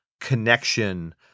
connection